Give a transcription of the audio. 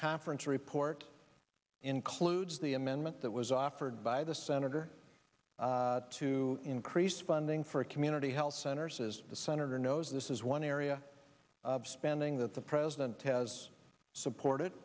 conference report includes the amendment that was offered by the senator to increase funding for a community health center says the senator knows this is one area of spending that the president has supported